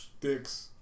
Dicks